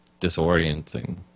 disorienting